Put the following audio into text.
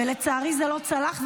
ולצערי זה לא צלח,